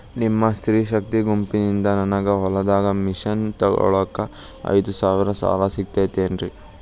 ನಿಮ್ಮ ಸ್ತ್ರೇ ಶಕ್ತಿ ಗುಂಪಿನಿಂದ ನನಗ ಹೊಲಗಿ ಮಷೇನ್ ತೊಗೋಳಾಕ್ ಐದು ಸಾಲ ಸಿಗತೈತೇನ್ರಿ?